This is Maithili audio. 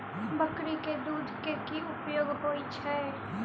बकरी केँ दुध केँ की उपयोग होइ छै?